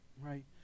right